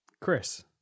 Chris